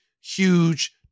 huge